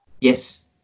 Yes